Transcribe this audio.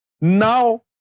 Now